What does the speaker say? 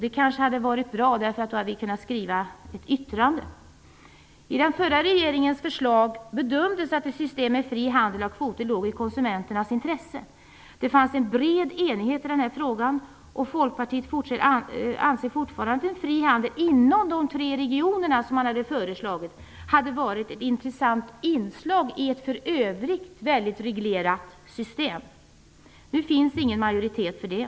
Det kanske hade varit bra, därför att då hade vi kunnat göra ett yttrande. I den förra regeringens förslag bedömdes att ett system med fri handel av kvoter låg i konsumenternas intresse. Det fanns en bred enighet i frågan. Folkpartiet anser fortfarande att en fri handel inom de tre regionerna, som föreslagits, hade varit ett intressant inslag i ett för övrigt väldigt reglerat system. Nu finns ingen majoritet för det.